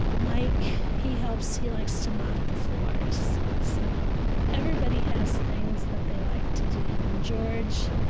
mike, he helps. he likes to mop the floors. so everybody has things that they like to do. and george,